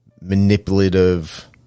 manipulative